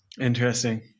Interesting